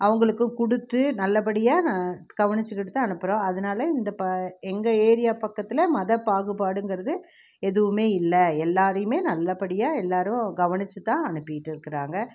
அவங்குளுக்கும் கொடுத்து நல்லபடியாக நான் கவனித்துக்கிட்டுதான் அனுப்புகிறோம் அதனால இந்த ப எங்கள் ஏரியா பக்கத்தில் மதப்பாகுபாடுங்கிறது எதுவுமே இல்லை எல்லோரையுமே நல்லபடியாக எல்லாரும் கவனித்துதான் அனுப்பிக்கிட்டு இருக்கிறாங்க